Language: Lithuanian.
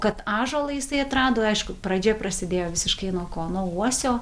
kad ąžuolą jisai atrado aišku pradžia prasidėjo visiškai nuo ko nuo uosio